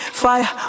fire